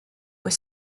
were